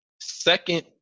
second –